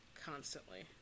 constantly